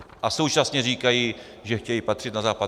A současně říkají, že chtějí patřit na Západ.